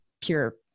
pure